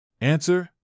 Answer